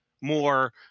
more